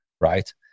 right